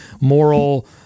moral